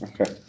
Okay